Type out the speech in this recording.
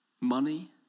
money